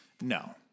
No